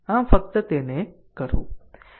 આમ ફક્ત તેને કરવું